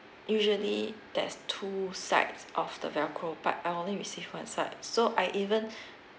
usually there's two sides of the velcro but I only receive one side so I even